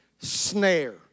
snare